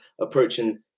approaching